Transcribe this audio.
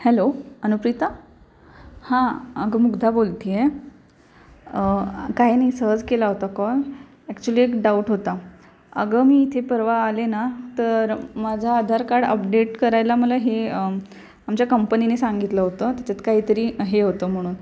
hello Anuprita हां अगं मुग्धा बोलते आहे काही नाही सहज केला होता कॉल ॲक्च्युली एक डाऊट होता अगं मी इथे परवा आले ना तर माझं आधार काड अपडेट करायला मला हे आमच्या कंपनीने सांगितलं होतं त्याच्यात काहीतरी हे होतं म्हणून